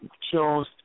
chose